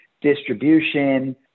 distribution